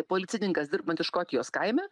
policininkas dirbantis škotijos kaime